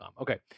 Okay